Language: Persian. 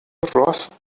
راس